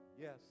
Yes